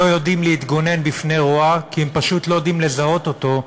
לא יודעים להתגונן בפני רוע כי הם פשוט לא יודעים לזהות אותו,